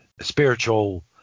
spiritual